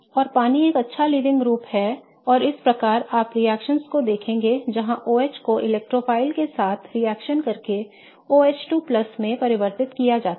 और पानी एक अच्छा लीविंग ग्रुप है और इस प्रकार आप रिएक्शनओं को देखेंगे जहां OH को इलेक्ट्रोफाइल के साथ रिएक्शन करके OH2 में परिवर्तित किया जाता है